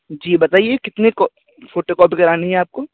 جی بتائیے کتنے کو فوٹو کاپی کرانی ہے ہے آپ کو